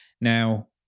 Now